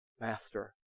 master